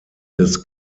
des